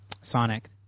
Sonic